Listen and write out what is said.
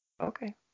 Okay